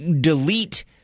delete